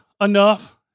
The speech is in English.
enough